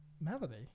Melody